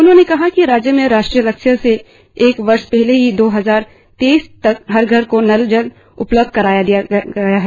उन्होंने कहा कि राज्य में राष्ट्रीय लक्ष्य से एक वर्ष पहले ही दो हजार तेईस तक हर घर को नल जल उपलब्ध करा दिया जायेगा